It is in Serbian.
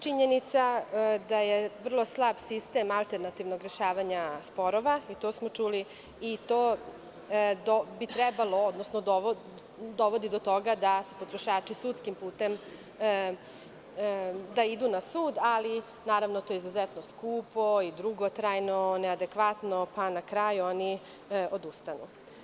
Činjenica da je vrlo slab sistemalternativnog rešavanja sporova, to smo čuli, i to bi trebalo, odnosno dovodi do toga da se potrošači sudskim putem, da idu na sud, ali to je izuzetno skupo, dugotrajno, neadekvatno, pa na kraju oni odustanu.